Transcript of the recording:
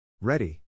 Ready